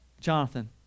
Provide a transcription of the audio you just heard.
Jonathan